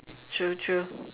true true